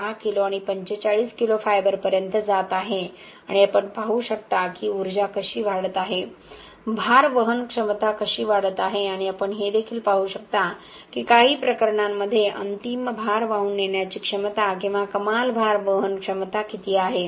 10 kilo आणि 45 kilo फायबरपर्यंत जात आहे आणि आपण पाहू शकता की उर्जा कशी वाढत आहे भार वहन क्षमता कशी वाढत आहे आणि आपण हे देखील पाहू शकता की काही प्रकरणांमध्ये अंतिम भार वाहून नेण्याची क्षमता किंवा कमाल भार वहन क्षमता किती आहे